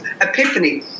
epiphany